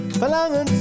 Verlangen